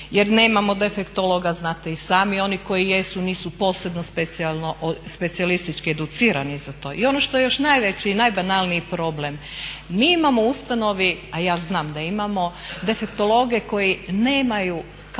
jer nemamo defektologa znate i sami. Oni koji jesu nisu posebno specijalistički educirani za to. I ono što je još najveći i najbanalniji problem. Mi imamo u ustanovi, a ja znam da imamo defektologe koji nemaju kako